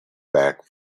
backing